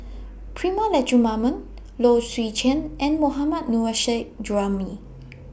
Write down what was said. Prema Letchumanan Low Swee Chen and Mohammad Nurrasyid Juraimi